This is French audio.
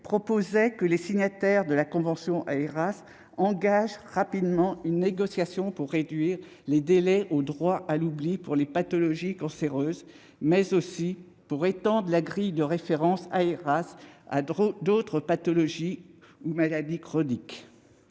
prévoyait que les signataires de la convention Aeras engagent rapidement une négociation afin non seulement de réduire les délais du droit à l'oubli pour les pathologies cancéreuses, mais aussi d'étendre la grille de référence Aeras à d'autres pathologies ou maladies chroniques.